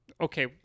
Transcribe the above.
okay